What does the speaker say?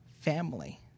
family